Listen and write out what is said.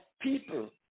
people